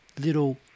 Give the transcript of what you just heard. little